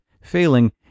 failing